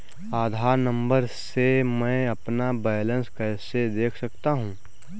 आधार number से मैं अपना बैलेंस कैसे देख सकता हूँ?